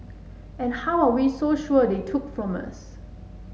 and how are we so sure they took from us